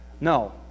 No